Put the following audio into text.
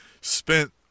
spent